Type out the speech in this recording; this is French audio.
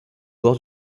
bord